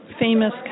famous